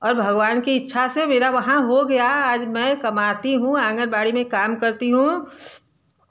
और भगवान की इच्छा से मेरा वहाँ हो गया आज मैं कमाती हूँ आँगनबाड़ी में काम करती हूँ